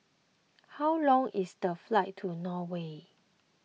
how long is the flight to Norway